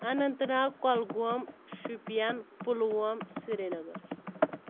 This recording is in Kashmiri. اَننت ناگ کۄلگوم شُپیَن پُلووم سریٖنَگَر